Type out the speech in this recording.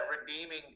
redeeming